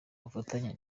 bufatanye